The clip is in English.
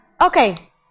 Okay